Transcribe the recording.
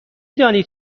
دانید